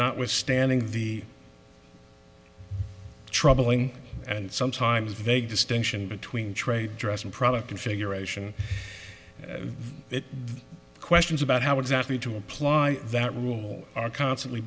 notwithstanding the troubling and sometimes vague distinction between trade dress and product configuration it questions about how exactly to apply that rule are constantly